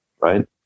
right